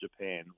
Japan